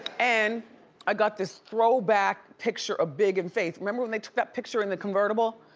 and i got this throwback picture of big and faith. remember when they took that picture in the convertible?